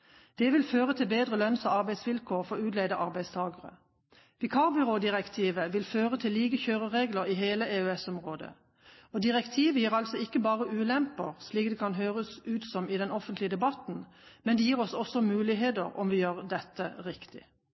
Det vil føre til bedre lønns- og arbeidsvilkår for utleide arbeidstakere. Vikarbyrådirektivet vil føre til like kjøreregler i hele EØS-området. Direktivet gir altså ikke bare ulemper, slik det kan høres ut i den offentlige debatten, men det gir oss også muligheter om vi gjør dette riktig.